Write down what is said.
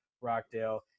Rockdale